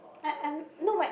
I I'm not my